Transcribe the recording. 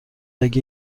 اگه